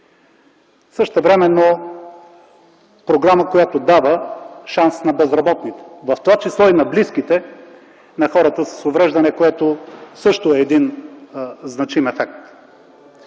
Същевременно това е програма, която дава шанс на безработните, в това число и на близките на хората с увреждания, което също е значим ефект.